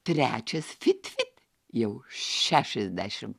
trečias fit fit jau šešiasdešim